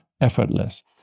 effortless